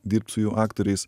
dirbt su jų aktoriais